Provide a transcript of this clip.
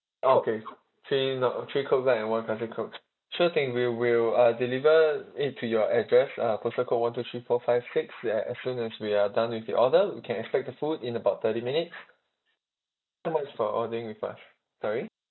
okay three nor~ three coke light and one fuzzy coke sure thing we will uh deliver it to your address uh personal code one two three four five six as soon as we are done with your order you can expect the food in about thirty minutes thank you so much for ordering with us sorry